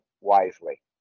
wisely